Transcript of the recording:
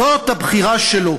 זאת הבחירה שלו.